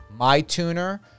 MyTuner